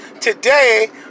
today